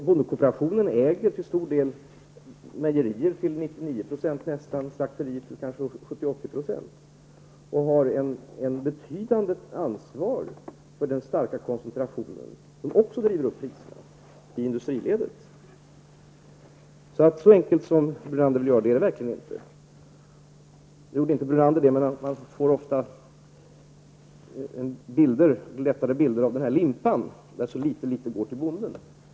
Bondekooperationen äger nästan 99 % av mejerierna och kanske 70--80 % av slakterierna, och den har ett betydande ansvar för den starka koncentrationen, som likaledes driver upp priserna i industriledet. Något som Brunander inte bidrog till men som ofta förekommer är en glättad bild av den limpa av vars pris så litet går till bonden.